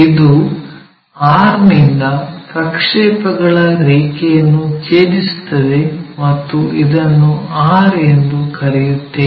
ಇದು r ನಿಂದ ಪ್ರಕ್ಷೇಪಗಳ ರೇಖೆಯನ್ನು ಛೇದಿಸುತ್ತದೆ ಮತ್ತು ಇದನ್ನು r ಎಂದು ಕರೆಯುತ್ತೇವೆ